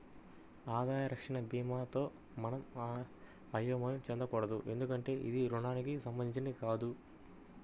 ఆదాయ రక్షణ భీమాతో మనం అయోమయం చెందకూడదు ఎందుకంటే ఇది రుణానికి సంబంధించినది కాదు